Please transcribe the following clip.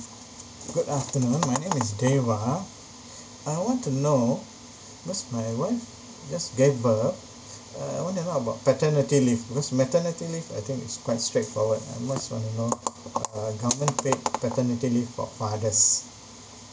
good afternoon my name is dayra I want to know cause my wife just gave birth uh I want to know about paternity leave because maternity leave I think is quite straightforward I just wanna know uh government paid paternity leave for fathers